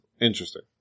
interesting